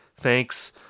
Thanks